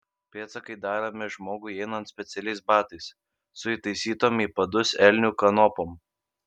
pėdsakai daromi žmogui einant specialiais batais su įtaisytom į padus elnių kanopom